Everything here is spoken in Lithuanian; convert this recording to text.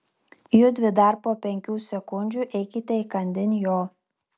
judvi dar po penkių sekundžių eikite įkandin jo